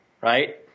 right